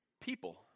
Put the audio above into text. People